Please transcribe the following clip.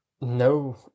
No